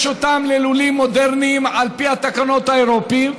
אותם ללולים מודרניים על פי התקנות האירופיות,